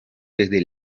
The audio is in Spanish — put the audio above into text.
desde